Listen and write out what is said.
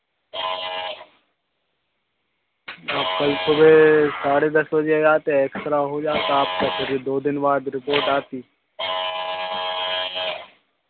आप कल सुबह साढ़े दस बजे आते एक्स रा हो जाता आपका सर यह दो दिन बाद रिपोर्ट आती